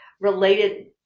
related